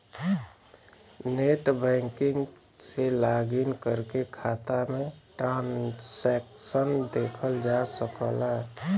net banking से login करके खाता में ट्रांसैक्शन देखल जा सकला